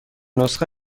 نسخه